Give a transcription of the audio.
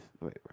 Wait